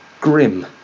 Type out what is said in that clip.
Grim